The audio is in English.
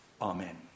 Amen